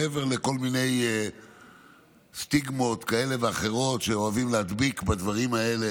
מעבר לכל מיני סטיגמות כאלה ואחרות שאוהבים להדביק בדברים האלה,